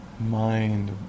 mind